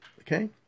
Okay